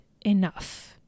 enough